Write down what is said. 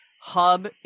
hub